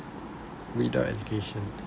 without education